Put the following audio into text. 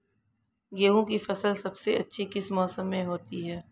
गेंहू की फसल सबसे अच्छी किस मौसम में होती है?